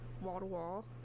wall-to-wall